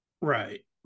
right